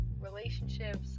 relationships